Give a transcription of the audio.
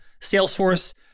Salesforce